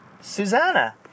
Susanna